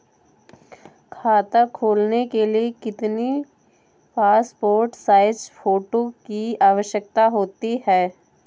खाता खोलना के लिए कितनी पासपोर्ट साइज फोटो की आवश्यकता होती है?